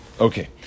Okay